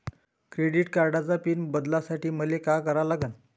Credit कार्डाचा pin बदलासाठी मले का करा लागन?